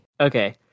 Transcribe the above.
okay